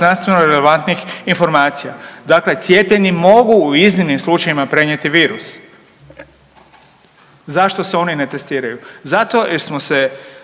znanstveno relevantnih informacija. Dakle, cijepljeni mogu u iznimnim slučajevima prenijeti virus. Zašto se oni ne testiraju? Zato jer smo se